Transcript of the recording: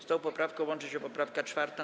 Z tą poprawką łączy się poprawka 4.